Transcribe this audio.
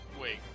wait